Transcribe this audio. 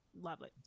Lovely